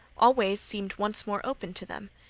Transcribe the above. all ways seemed once more opened to them.